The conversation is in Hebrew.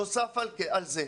נוסף על זה,